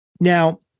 Now